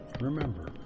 Remember